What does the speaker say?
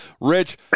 Rich